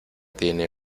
tiene